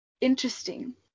interesting